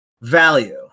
value